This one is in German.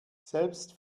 selbst